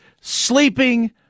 sleeping